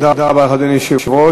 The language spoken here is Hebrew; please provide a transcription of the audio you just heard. תודה רבה לך, אדוני היושב-ראש.